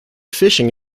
fishing